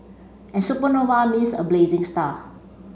and supernova means a blazing star